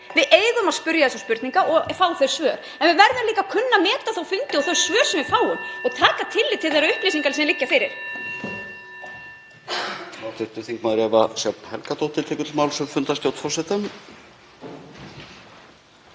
Við eigum að spyrja spurninga og fá þau svör, en við verðum líka að kunna að meta þá fundi og þau svör (Forseti hringir.) sem við fáum og taka tillit til þeirra upplýsinga sem liggja fyrir.